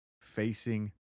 facing